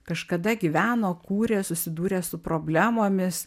kažkada gyveno kūrė susidūrė su problemomis